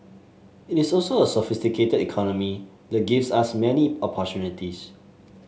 it is also a sophisticated economy that gives us many opportunities